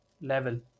level